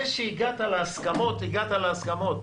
זה שהגעת להסכמות הגעת להסכמות.